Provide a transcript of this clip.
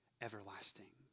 everlasting